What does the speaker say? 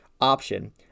option